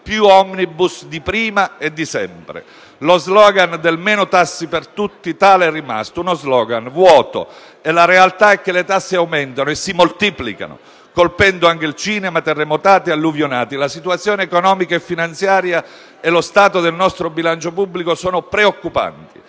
più *omnibus* di prima e di sempre. Lo *slogan* di meno tasse per tutti tale è rimasto, uno *slogan* vuoto. La realtà è che le tasse aumentano colpendo anche il cinema; i terremotati e gli alluvionati. La situazione economica e finanziaria e lo stato del nostro bilancio pubblico sono preoccupanti.